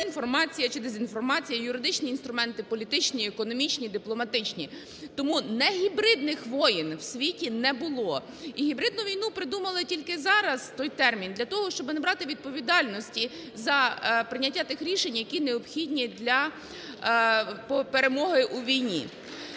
інформація чи дезінформація, юридичні інструменти, політичні, економічні, дипломатичні. Тому негібридних воєн в світі не було і гібридну війну придумали тільки зараз, той термін, для того, щоб не брати відповідальності за прийняття тих рішень, які необхідні для перемоги у війні.